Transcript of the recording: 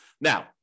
Now